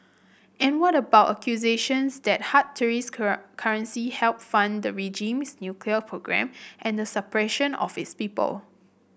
and what about accusations that hard tourist currency help fund the regime's nuclear program and the suppression of its people